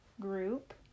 group